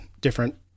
different